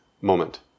moment